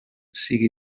sigui